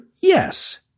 Yes